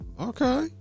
okay